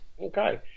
Okay